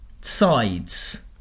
sides